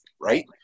right